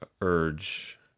urge